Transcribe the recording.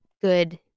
good